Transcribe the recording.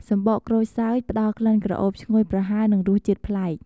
សំបកក្រូចសើច ផ្តល់ក្លិនក្រអូបឈ្ងុយប្រហើរ និងរសជាតិប្លែក។